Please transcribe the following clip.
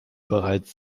bereits